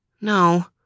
No